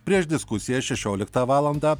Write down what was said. prieš diskusiją šešioliktą valandą